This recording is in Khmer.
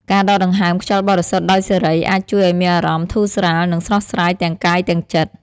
ការដកដង្ហើមខ្យល់បរិសុទ្ធដោយសេរី អាចជួយឲ្យមានអារម្មណ៍ធូរស្រាល និងស្រស់ស្រាយទាំងកាយទាំងចិត្ត។